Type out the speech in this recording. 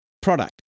product